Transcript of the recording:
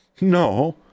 no